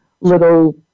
little